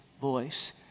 voice